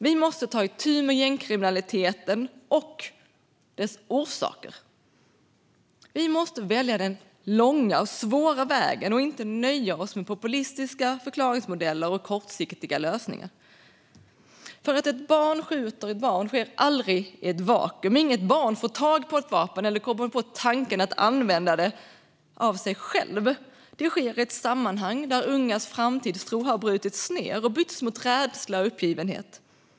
Vi måste ta itu med gängkriminaliteten och dess orsaker. Vi måste välja den långa och svåra vägen och inte nöja oss med populistiska förklaringsmodeller och kortsiktiga lösningar. Att ett barn skjuter ett barn sker aldrig i ett vakuum. Inget barn får tag på ett vapen eller kommer på tanken att använda det av sig självt. Det sker i ett sammanhang där ungas framtidstro har brutits ned och har bytts ut mot rädsla och uppgivenhet.